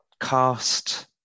cast